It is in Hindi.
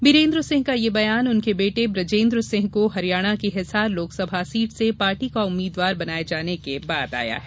बीरेन्द्र सिंह का यह बयान उनके बेटे बू जेन्द्र सिंह को हरियाणा की हिसार लोकसभा सीट से पार्टी का उम्मीद्वार बनाये जाने के बाद आया है